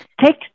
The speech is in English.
take